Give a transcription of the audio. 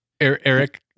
Eric